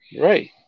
Right